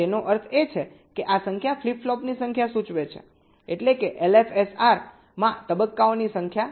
તેનો અર્થ એ છે કે આ સંખ્યા ફ્લિપ ફ્લોપની સંખ્યા સૂચવે છે એટલે કે LFSR માં તબક્કાઓની સંખ્યા